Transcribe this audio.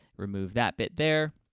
remove that bit there,